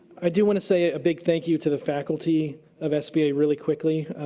i do want to say a big thank you to the faculty of sva really quickly.